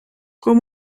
com